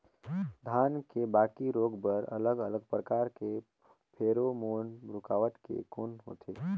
धान के बाकी रोग बर अलग अलग प्रकार के फेरोमोन रूकावट के कौन होथे?